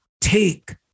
take